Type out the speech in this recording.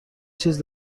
چیز